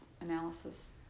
analysis